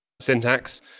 syntax